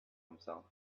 himself